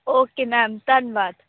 okay ma'am ਧੰਨਵਾਦ